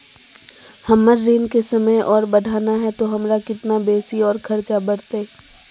हमर ऋण के समय और बढ़ाना है तो हमरा कितना बेसी और खर्चा बड़तैय?